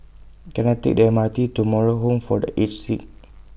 Can I Take The M R T to Moral Home For The Aged Sick